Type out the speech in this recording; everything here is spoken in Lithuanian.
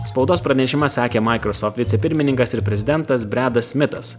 spaudos pranešimą sakė microsoft vicepirmininkas ir prezidentas bredas smitas